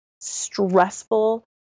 stressful